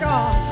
God